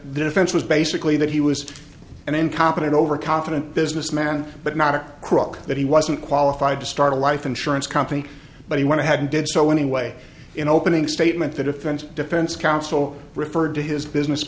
defense was basically that he was an incompetent overconfident businessman but not a crook that he wasn't qualified to start a life insurance company but he went ahead and did so anyway in opening statement the defense defense counsel referred to his business